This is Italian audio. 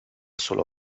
solo